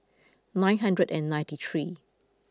nine hundred and ninety three